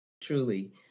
truly